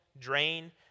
drain